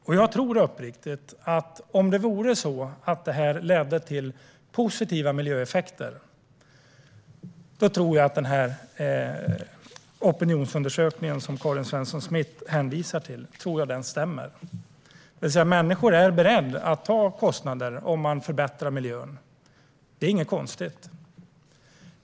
Herr talman! Jag tror uppriktigt att om det vore så att detta ledde till positiva miljöeffekter skulle den opinionsundersökning som Karin Svensson Smith hänvisar till stämma. Människor är beredda att ta kostnader om man förbättrar miljön. Det är inget konstigt.